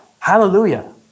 Hallelujah